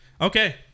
Okay